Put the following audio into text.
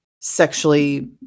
sexually